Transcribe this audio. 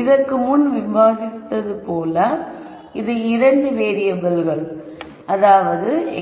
இதற்கு முன் விவாதித்தது போல இது இரண்டு வேறியபிள்கள்